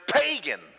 pagan